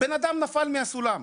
בן אדם נפל מהסולם.